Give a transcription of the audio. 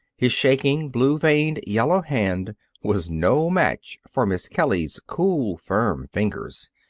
his shaking, blue-veined yellow hand was no match for miss kelly's cool, firm fingers.